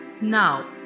Now